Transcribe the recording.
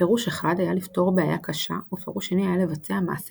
פירוש אחד היה לפתור בעיה קשה ופירוש שני היה לבצע מעשה